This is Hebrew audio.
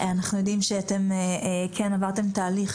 אנחנו יודעים שאתם כן עברתם תהליך,